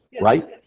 right